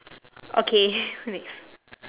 okay next